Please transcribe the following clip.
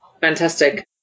fantastic